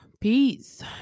peace